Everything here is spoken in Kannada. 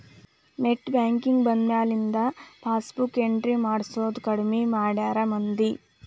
ನೆಟ್ ಬ್ಯಾಂಕಿಂಗ್ ಬಂದ್ಮ್ಯಾಲಿಂದ ಪಾಸಬುಕ್ ಎಂಟ್ರಿ ಮಾಡ್ಸೋದ್ ಕಡ್ಮಿ ಮಾಡ್ಯಾರ ಮಂದಿ